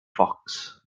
fox